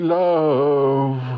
love